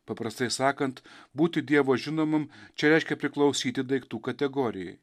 paprastai sakant būti dievo žinomam čia reiškia priklausyti daiktų kategorijai